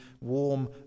warm